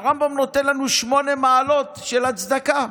הרמב"ם נותן לנו שמונה מעלות של הצדקה.